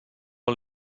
are